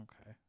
okay